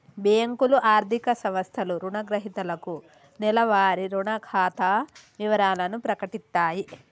బ్యేంకులు, ఆర్థిక సంస్థలు రుణగ్రహీతలకు నెలవారీ రుణ ఖాతా వివరాలను ప్రకటిత్తయి